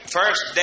first